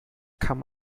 kann